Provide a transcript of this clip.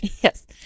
Yes